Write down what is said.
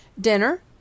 dinner